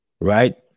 right